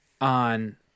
on